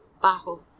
bajo